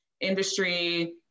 industry